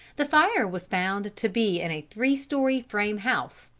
the fire was found to be in a three-story frame house,